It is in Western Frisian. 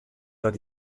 dat